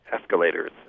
escalators